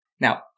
Now